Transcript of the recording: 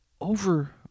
over